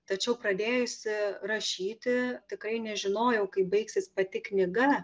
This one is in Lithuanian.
tačiau pradėjusi rašyti tikrai nežinojau kaip baigsis pati knyga